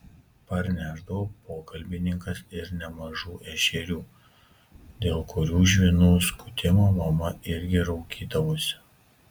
parnešdavo pokalbininkas ir nemažų ešerių dėl kurių žvynų skutimo mama irgi raukydavosi